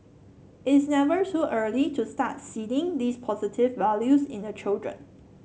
it is never too early to start seeding these positive values in the children